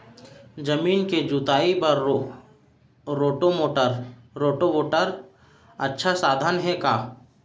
जमीन के जुताई बर रोटोवेटर अच्छा साधन हे का?